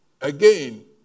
again